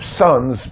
sons